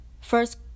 First